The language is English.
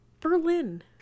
Berlin